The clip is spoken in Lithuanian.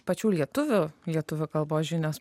pačių lietuvių lietuvių kalbos žinios